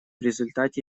результате